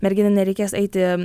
merginai nereikės eiti